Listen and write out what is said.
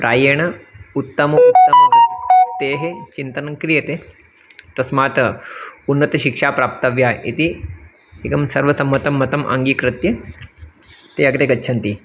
प्रायेण उत्तमः उत्तमः ते चिन्तनं क्रियन्ते तस्मात् उन्नतशिक्षा प्राप्तव्या इति एकं सर्वसम्मतं मतम् अङ्गीकृत्य ते अग्रे गच्छन्ति